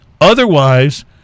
Otherwise